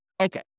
Okay